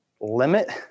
limit